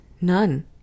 None